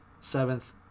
seventh